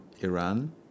Iran